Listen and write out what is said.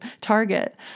Target